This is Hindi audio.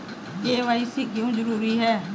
के.वाई.सी क्यों जरूरी है?